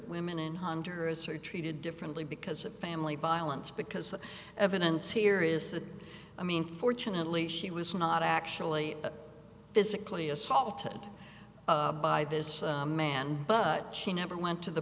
women in honduras are treated differently because of family violence because evidence here is i mean fortunately she was not actually physically assaulted by this man but she never went to the